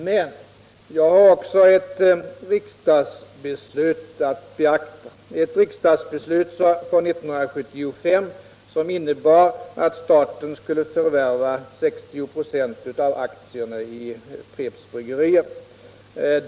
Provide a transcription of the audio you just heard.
Men, jag har här även ett riksdagsbeslut att beakta — ett riksdagsbeslut från 1975 som innebar att staten skulle förvärva 60 96 av aktierna i Pripps Bryggerier.